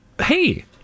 hey